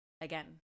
again